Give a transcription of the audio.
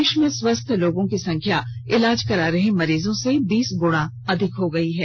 देश में स्वस्थ लोगों की संख्या इलाज करा रहे मरीजों से बीस गुना अधिक हो गई है